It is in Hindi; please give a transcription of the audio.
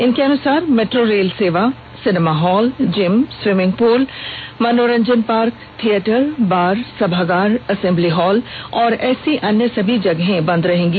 इनके अनुसार मेट्रो रेल सेवा cinema hall gym swimming pool मनोरंजन पार्क थिएटर बार सभागार असेम्बली हॉल और ऐसी अन्य सभी जगहें बंद रहेंगी